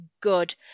good